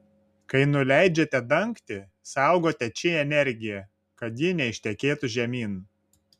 kai nuleidžiate dangtį saugote či energiją kad ji neištekėtų žemyn